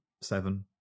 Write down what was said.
seven